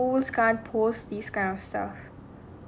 they these can't post this kind of stuff